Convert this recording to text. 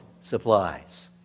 supplies